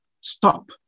stop